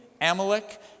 Amalek